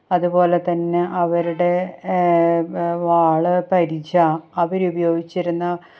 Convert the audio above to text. അതുപോലെതന്നെ അവരുടെ വ വാള് പരിച അവരുപയോഗിച്ചിരുന്ന